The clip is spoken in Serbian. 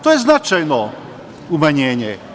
To je značajno umanjenje.